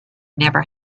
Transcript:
never